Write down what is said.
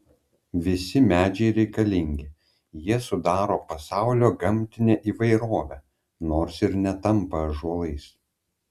visi medžiai reikalingi jie sudaro pasaulio gamtinę įvairovę nors ir netampa ąžuolais